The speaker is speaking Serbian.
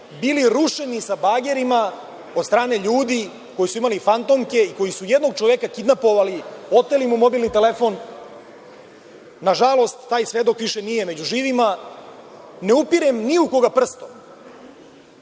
bili rušeni bagerima od strane ljudi koji su imali fantomke i koji su jednog čoveka kidnapovali, oteli mu mobilni telefon. Nažalost, taj svedok više nije među živima. Ne upirem ni u koga prstom